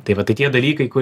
tai va tai tie dalykai